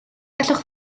gallwch